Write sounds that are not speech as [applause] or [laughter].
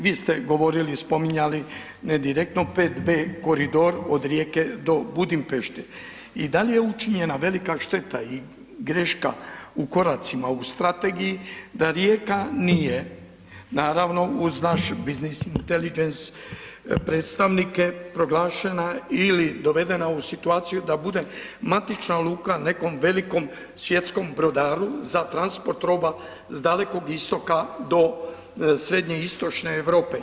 Vi ste govorili i spominjali, ne direktno 5B koridor od Rijeke do Budimpešte i dal je učinjena velika šteta i greška u koracima, u strategiji, da Rijeka nije, naravno uz naš biznis … [unintelligible] predstavnike proglašena ili dovedena u situaciju da bude matična luka nekom velikom svjetskom brodaru za transport roba s Dalekog Istoka, do srednjoistočne Europe.